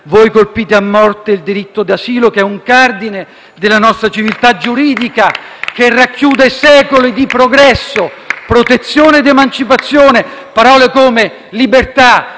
voi colpite a morte il diritto d'asilo, che è un cardine della nostra civiltà giuridica, che racchiude secoli di progresso, protezione ed emancipazione; parole come libertà,